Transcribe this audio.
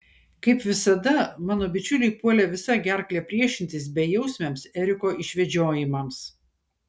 kaip visada mano bičiuliai puolė visa gerkle priešintis bejausmiams eriko išvedžiojimams